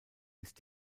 ist